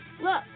Look